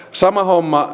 sama homma